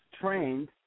trained